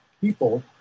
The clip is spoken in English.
people